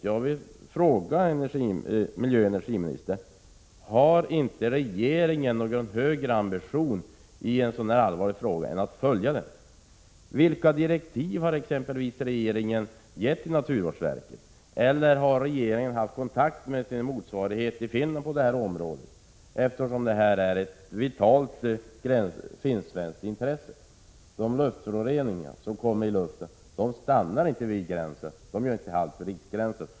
Jag vill fråga miljöoch energiministern: Har inte regeringen någon högre ambition i en så allvarlig fråga än att följa utvecklingen? Vilka direktiv har regeringen givit exempelvis naturvårdverket? Har regeringen haft kontakt med motsvarande organ på detta område i Finland? Detta är ju ett vitalt finsk-svenskt intresse. Luftföroreningarna stannar inte vid gränsen. De gör inte halt vid riksgränsen.